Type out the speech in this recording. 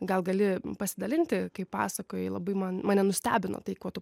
gal gali pasidalinti kai pasakojai labai man mane nustebino tai kuo tu